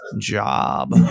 job